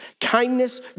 kindness